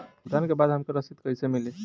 भुगतान के बाद हमके रसीद कईसे मिली?